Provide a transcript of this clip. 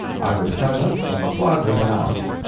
i was present when the flood was announced.